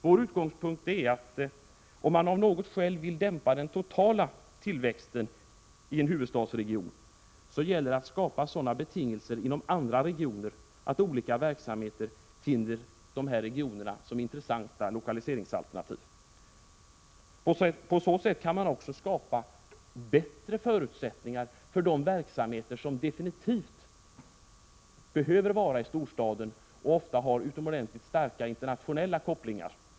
Vår utgångspunkt är att om man av något skäl vill dämpa den totala tillväxten i huvudstadsregionen, så gäller det att skapa sådana betingelser inom andra regioner att företrädare för olika verksamheter finner dessa regioner vara intressanta lokaliseringsalternativ. På så sätt kan man också skapa bättre förutsättningar för de verksamheter som definitivt behöver vara lokaliserade i storstaden och ofta har mycket starka internationella kopplingar.